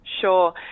Sure